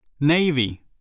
Navy